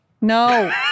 No